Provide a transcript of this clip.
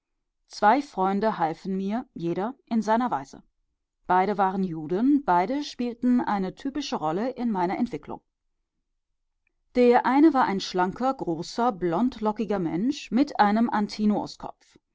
zwei freunde halfen mir jeder in seiner weise beide waren juden beide spielten eine typische rolle in meiner entwicklung der eine war ein schlanker großer blondlockiger mensch mit einem